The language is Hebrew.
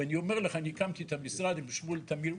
ואני אומר לך, אני הקמתי את המשרד עם שמואל תמיר.